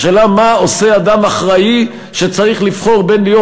השאלה מה עושה אדם אחראי שצריך לבחור בין להיות